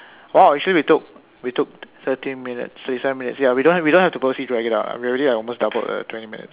!wow! actually we took we took thirty minutes thirty seven minutes ya we don't we don't have to purposely drag it out lah we already uh almost doubled the twenty minutes